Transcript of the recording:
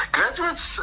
Graduates